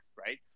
right